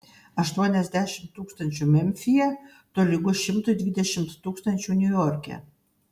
aštuoniasdešimt tūkstančių memfyje tolygu šimtui dvidešimt tūkstančių niujorke